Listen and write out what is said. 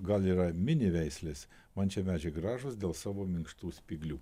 gal yra mini veislės man šie medžiai gražūs dėl savo minkštų spyglių